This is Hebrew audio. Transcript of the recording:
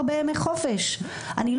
אני לא מבינה את הנחת היסוד הזה.